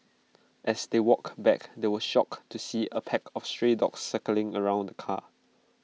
as they walked back they were shocked to see A pack of stray dogs circling around the car